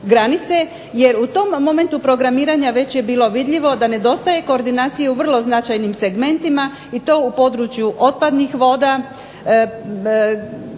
jer u tom momentu programiranja već je bilo vidljivo da nedostaje koordinacije u vrlo značajnim segmentima i to u području otpadnih voda,